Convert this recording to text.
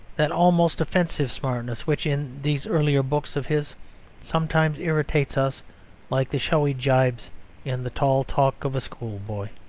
that almost offensive smartness which in these earlier books of his sometimes irritates us like the showy gibes in the tall talk of a school-boy.